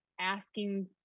asking